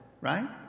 right